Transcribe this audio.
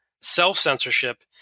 self-censorship